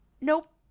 Nope